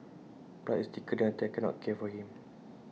blood is thicker than I can't not care for him